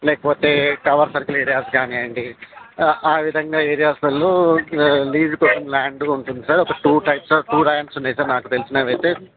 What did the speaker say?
tower circle areas కానీయండి విధంగా ఏరియాస్లల్లో లీజుకొచ్చిన ల్యాండ్ ఉంటుంది sir two types two lands ఉన్నాయి సార్ నాకు తెలిసినవైతే